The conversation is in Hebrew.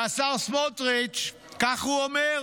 והשר סמוטריץ' כך הוא אומר,